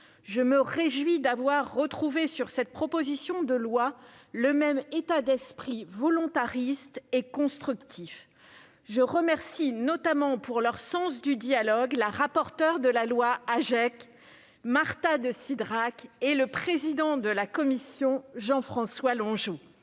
Je me réjouis d'avoir retrouvé sur cette proposition de loi le même état esprit volontariste et constructif. Je remercie notamment pour leur sens du dialogue la rapporteure de la loi AGEC, Mme Marta de Cidrac, et le président de la commission, M. Jean-François Longeot.